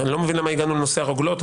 לא מבין למה הגענו לנושא הרוגלות.